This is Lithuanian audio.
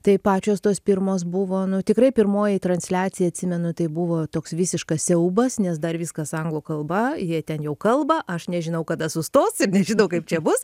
tai pačios tos pirmos buvo nu tikrai pirmoji transliacija atsimenu tai buvo toks visiškas siaubas nes dar viskas anglų kalba jie ten jau kalba aš nežinau kada sustos ir nežinau kaip čia bus